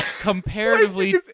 Comparatively